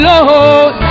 Lord